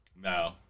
no